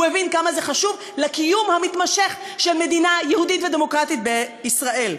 הוא הבין כמה זה חשוב לקיום המתמשך של מדינה יהודית ודמוקרטית בישראל.